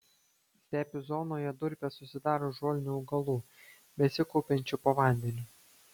stepių zonoje durpės susidaro iš žolinių augalų besikaupiančių po vandeniu